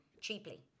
cheaply